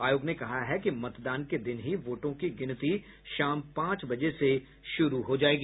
आयोग ने कहा है कि मतदान के दिन ही वोटों की गिनती शाम पांच बजे से शुरू हो जायेगी